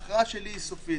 ההכרעה שלי היא סופית.